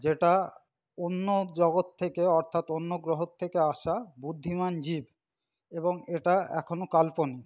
যেটা অন্য জগৎ থেকে অর্থাৎ অন্য গ্রহর থেকে আসা বুদ্ধিমান জীব এবং এটা এখনো কাল্পনিক